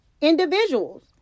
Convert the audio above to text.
individuals